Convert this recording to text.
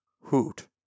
hoot